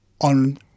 on